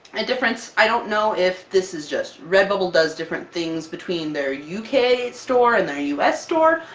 a difference i don't know if this is just redbubble does different things between their u k. store, and their u s. store,